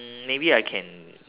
mm maybe I can